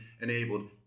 enabled